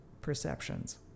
perceptions